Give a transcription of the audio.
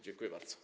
Dziękuję bardzo.